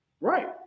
Right